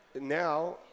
now